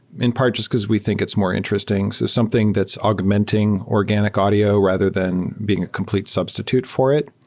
in part just because we think it's more interesting so something that's augmenting organic audio, rather than being a complete substitute for it.